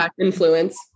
influence